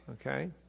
Okay